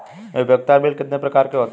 उपयोगिता बिल कितने प्रकार के होते हैं?